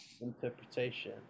interpretation